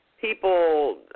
people